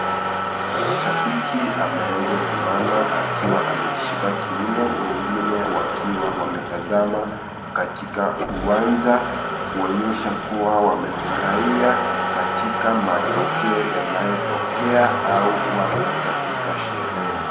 Shabiki amewezasimama akiwa amejishika kiuno, wengine wakiwa wametazama katika uwanja, kuonyesha kuwa wamefuraia katika matokeo yanayotokea, au wapo katika sherehe.